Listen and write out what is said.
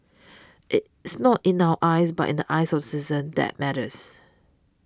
it's not in our eyes but in the eyes of the citizens that matter